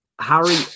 Harry